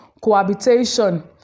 cohabitation